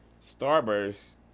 Starburst